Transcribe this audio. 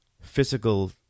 physical